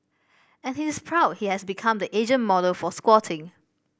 and he is proud he has become the Asian model for squatting